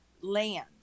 land